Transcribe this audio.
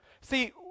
See